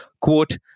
Quote